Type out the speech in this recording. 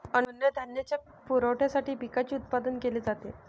अन्नधान्याच्या पुरवठ्यासाठी पिकांचे उत्पादन केले जाते